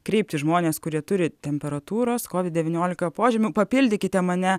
kreiptis žmonės kurie turi temperatūros kovid devyniolika požymių papildykite mane